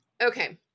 okay